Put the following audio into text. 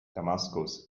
damaskus